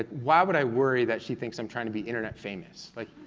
ah why would i worry that she thinks i'm trying to be internet famous? like